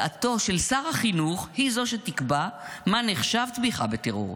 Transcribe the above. דעתו של שר החינוך היא זו שתקבע מה נחשב תמיכה בטרור.